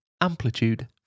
amplitude